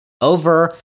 over